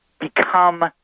become